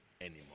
anymore